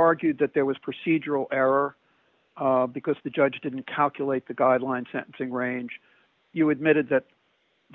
argued that there was procedural error because the judge didn't calculate the guideline sentencing range you admitted that